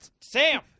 Sam